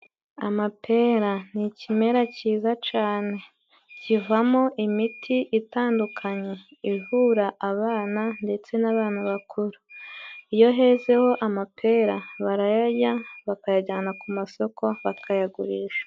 Amapera n'ikimera cyiza cane kivamo imiti itandukanye ivura abana ndetse n'abantu bakuru iyohezeho amapera barayajya bakayajyana ku masoko bakayagurisha.